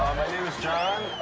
my name is john.